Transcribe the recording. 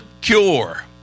cure